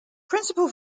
principal